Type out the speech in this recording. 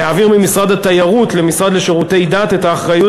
להעביר ממשרד התיירות למשרד לשירותי דת את האחריות